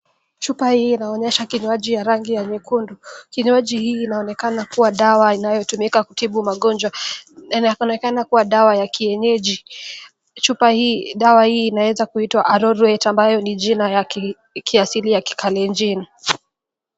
Chupa hii inaonyesha kinywaji ya rangi ya nyekundu, kinywaji hii inaonekana kuwa dawa inayotumika kutibu magonjwa. Inaonekana kuwa dawa ya kienyeji, dawa hii inaweza kuitwa Arorwet ambayo ni jina ya kiasili ya kikalenjin.